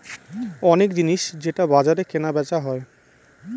অনেক জিনিস যেটা বাজারে কেনা বেচা হয়